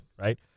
right